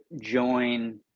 join